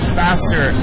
faster